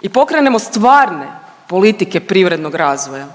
i pokrenemo stvarne politike privrednog razvoja,